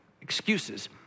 Excuses